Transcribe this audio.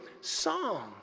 song